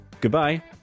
Goodbye